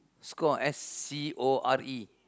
score S C O R E